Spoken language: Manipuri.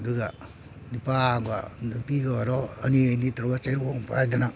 ꯑꯗꯨꯒ ꯅꯨꯄꯥ ꯑꯃꯒ ꯅꯨꯄꯤꯒ ꯑꯣꯏꯔꯣ ꯑꯅꯤ ꯑꯅꯤ ꯇꯧꯔꯒ ꯆꯩꯔꯣꯡ ꯄꯥꯏꯗꯅ